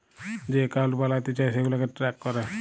যে একাউল্ট বালাতে চায় সেগুলাকে ট্র্যাক ক্যরে